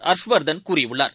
ஹர்ஷ்வர்தன் கூறியுள்ளார்